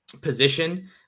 position